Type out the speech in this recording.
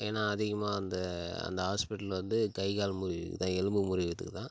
ஏன்னா அதிகமாக அந்த அந்த ஹாஸ்பிட்டல் வந்து கை கால் முறிவுக்கு தான் எலும்பு முறிவுக்கு தான்